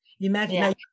imagine